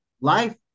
Life